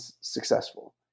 successful